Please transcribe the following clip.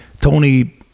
Tony